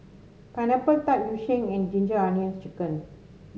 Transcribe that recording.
Pineapple Tart Yu Sheng and Ginger Onions chicken